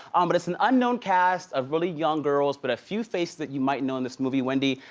um but it's an unknown cast of really young girls, but a few faces that you might know in this movie, wendy,